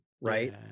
right